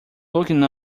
looking